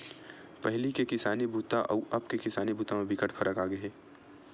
पहिली के किसानी बूता अउ अब के किसानी बूता म बिकट फरक आगे हे